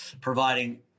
providing